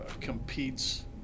competes